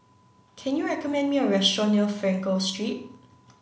can you recommend me a restaurant near Frankel Street